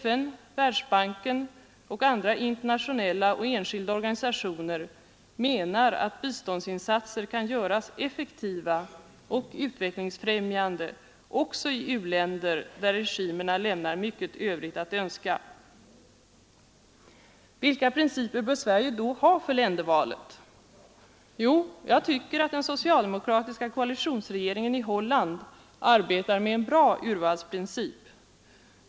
FN, Världsbanken och andra internationella och enskilda organisationer menar att biståndsinsatser kan göras effektiva och utvecklingsfrämjande också i u-länder där regimerna lämnar mycket övrigt att önska. Vilka principer bör Sverige då ha för ländervalet? Jo, jag tycker att koalitionsregeringen i Holland arbetar med en bra urvalsprincip.